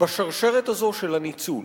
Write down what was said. בשרשרת הזו של הניצול,